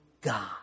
God